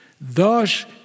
Thus